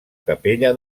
capella